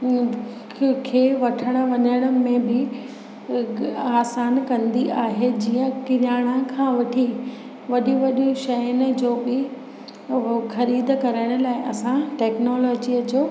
खे वठणु वञण में बि उहे आसान कंदी आहे जीअं किराणा खां वठी वॾियूं वॾियूं शयुनि जो बि ख़रीदु करण लाइ असां टेक्नोलॉजीअ जो